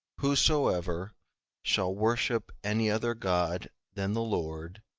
whosoever shall worship any other god than the lord,